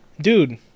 Dude